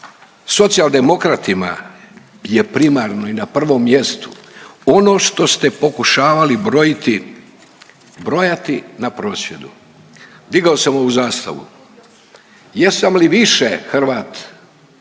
Socijaldemokratima je primarno i na prvom mjestu ono što ste pokušavali brojiti, brojati na prosvjedu. Digao sam ovu zastavu, jesam li više Hrvat,